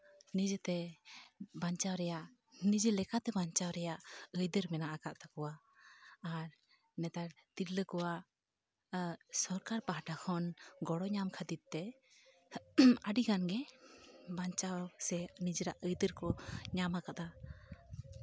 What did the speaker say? ᱱᱤᱡᱮᱛᱮ ᱵᱟᱧᱪᱟᱣ ᱨᱮᱭᱟᱜ ᱱᱤᱡᱮ ᱞᱮᱠᱟᱛᱮ ᱵᱟᱧᱪᱟᱣ ᱨᱮᱭᱟᱜ ᱟᱹᱭᱫᱟᱹᱨ ᱢᱮᱱᱟᱜ ᱟᱠᱟᱜ ᱛᱟᱠᱳᱣᱟ ᱟᱨ ᱱᱮᱛᱟᱨ ᱛᱤᱨᱞᱟᱹ ᱠᱚᱣᱟᱜ ᱥᱚᱨᱠᱟᱨ ᱯᱟᱦᱴᱟ ᱠᱷᱚᱱ ᱜᱚᱲᱚ ᱧᱟᱢ ᱠᱷᱟᱹᱛᱤᱨ ᱛᱮ ᱟᱹᱰᱤᱜᱟᱱ ᱜᱮ ᱵᱟᱧᱪᱟᱣ ᱥᱮ ᱱᱤᱡᱮᱨᱟᱜ ᱟᱹᱭᱫᱟᱹᱨ ᱠᱚ ᱧᱟᱢ ᱠᱟᱫᱟ